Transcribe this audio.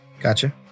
Gotcha